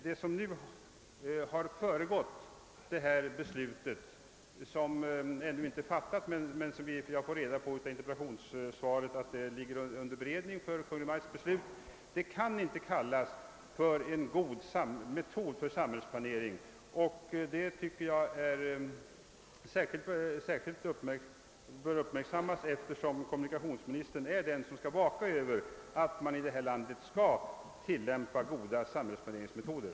Det som nu har föregått avgörandet, som ännu inte har fattats av Kungl. Maj:t, kan inte kallas för en god metod för samhällsplanering. Detta tycker jag särskilt bör uppmärksammas, eftersom kommunikationsministern är den som skall vaka över att man i detta fall tillämpar goda samhällsplaneringsmetoder.